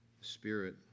spirit